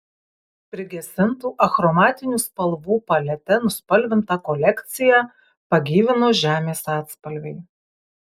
prigesintų achromatinių spalvų palete nuspalvintą kolekciją pagyvino žemės atspalviai